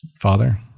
Father